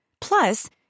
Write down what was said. Plus